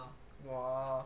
!wah!